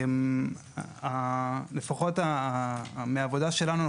לפחות מהעבודה שלנו,